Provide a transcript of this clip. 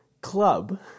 club